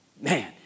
Man